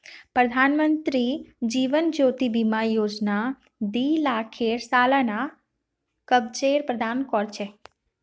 प्रधानमंत्री जीवन ज्योति बीमा योजना दी लाखेर सालाना कवरेज प्रदान कर छे